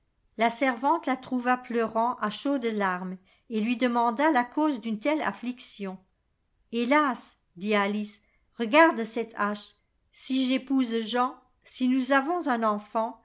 la servante la trouva pleurant à chaudes larmes et lui demanda la cause d'une telle affliction hélas dit alice regarde cette hache si j'épouse jean si nous avons un enfant